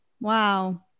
Wow